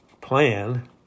plan